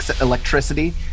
electricity